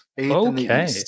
Okay